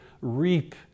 reap